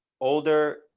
older